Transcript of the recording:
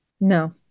No